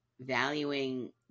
valuing